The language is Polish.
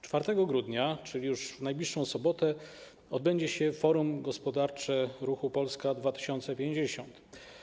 4 grudnia, czyli już w najbliższą sobotę, odbędzie się Forum Gospodarcze ruchu Polska 2050.